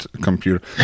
computer